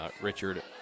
Richard